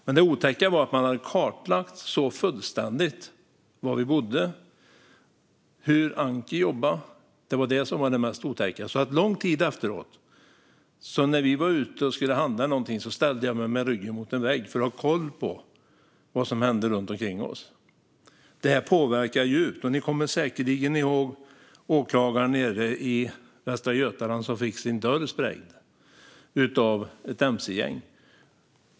Men det otäckaste var att man så fullständigt hade kartlagt var vi bodde och hur Anki jobbade. När vi till exempel var ute och handlade ställde jag mig under lång tid efteråt med ryggen mot en vägg för att ha koll på vad som hände runt omkring oss. Detta påverkar djupt. Ni kommer säkerligen ihåg den åklagare nere i Västra Götaland som fick sin dörr sprängd av ett mc-gäng.